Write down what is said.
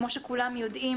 כמו שכולים יודעים,